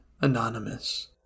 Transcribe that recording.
Anonymous